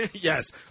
Yes